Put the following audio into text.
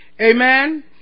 Amen